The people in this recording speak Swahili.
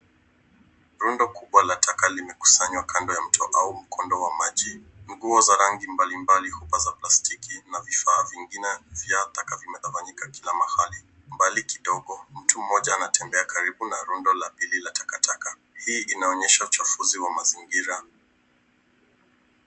Rundo kubwa la taka limekusanywa kando ya mto au mkondo wa maji. Nyo za rangi mbalimbali, chupa za plastiki na vifaa vingine vya taka vimetawanyika kila mahali, mbali kidogo mtu mmoja anatembea karibu na rundo la pili la takataka, hii inaonyesha uchafuzi wa mazingira.